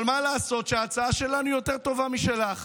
אבל מה לעשות שההצעה שלנו יותר טובה משלך?